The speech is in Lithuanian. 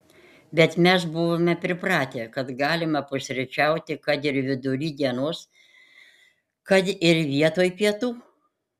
bet mes buvome pripratę kad galima pusryčiauti kad ir vidury dienos kad ir vietoj pietų